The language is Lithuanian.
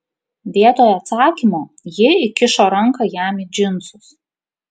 vietoj atsakymo ji įkišo ranką jam į džinsus